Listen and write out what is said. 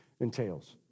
entails